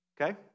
Okay